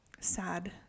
Sad